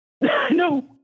No